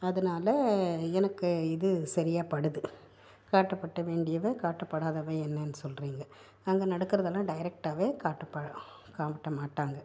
அதனால் எனக்கு இது சரியாப்படுது காட்டப்பட வேண்டியவை காட்டப்படாதவை என்னென்னு சொல்றீங்க அங்கே நடக்கிறதெல்லாம் டைரெக்டாவே காட்டப்பட காட்ட மாட்டாங்க